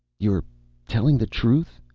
you're telling the truth?